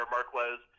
Marquez